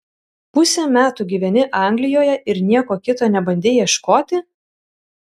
pusę metų gyveni anglijoje ir nieko kito nebandei ieškoti